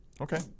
okay